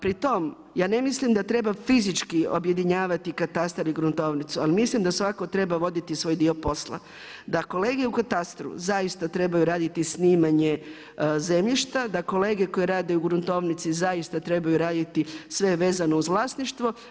Pri tome ja ne mislim da treba fizički objedinjavati katastar i gruntovnicu ali mislim da svatko treba voditi svoj dio posla, da kolege u katastru zaista trebaju raditi snimanje zemljišta, da kolege koje rade u gruntovnici zaista trebaju raditi sve vezano uz vlasništvo.